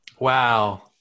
Wow